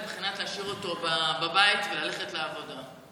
מבחינת להשאיר אותו בבית וללכת לעבודה?